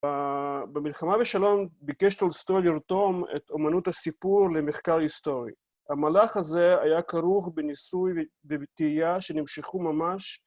במלחמה ושלום ביקש טולסטוי לרתום את אמנות הסיפור למחקר היסטורי. המהלך הזה היה כרוך בניסוי וטעייה שנמשכו ממש